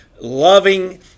loving